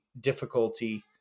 difficulty